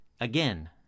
Again